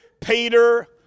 Peter